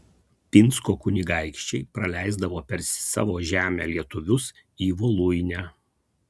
pinsko kunigaikščiai praleisdavo per savo žemę lietuvius į voluinę